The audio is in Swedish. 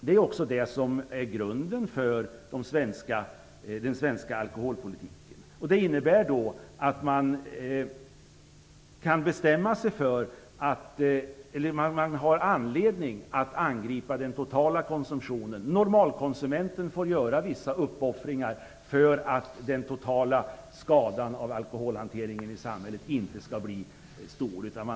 Det är det som är grunden för den svenska alkoholpolitiken. Det innebär att man har anledning att angripa den normala konsumtionen. Normalkonsumenten får göra vissa uppoffringar för att den totala skadan av alkoholhanteringen i samhället inte skall bli stor.